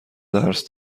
درس